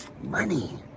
Money